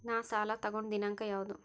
ನಾ ಸಾಲ ತಗೊಂಡು ದಿನಾಂಕ ಯಾವುದು?